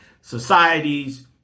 societies